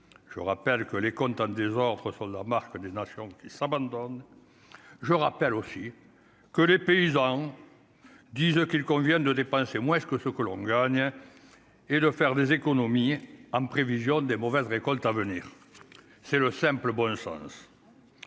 je rappelle que les comptes en désordre sur la marque des nations qui s'abandonnent, je rappelle aussi que les paysans disent qu'il convient de dépenser moins, ce que ce que l'on gagne et de faire des économies en prévision des mauvaises récoltes à venir, c'est le simple bon sens,